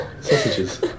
Sausages